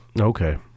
okay